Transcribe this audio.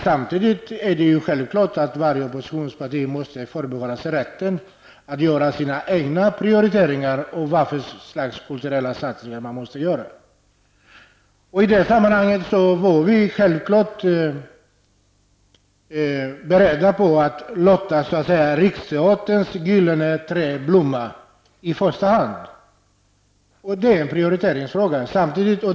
Samtidigt är det självklart att varje oppositionsparti måste förbehålla sig rätten att göra sina egna prioriteringar av vilka slags kulturella satsningar som måste göras. I det sammanhanget var vi självklart beredda på att låta Riksteaterns gyllene träd blomma i första hand. Det är en prioriteringsfråga.